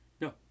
No